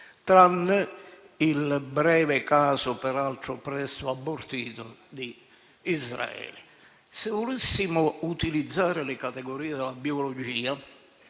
tranne il breve caso, peraltro presto abortito, di Israele. Se volessimo utilizzare le categorie della biologia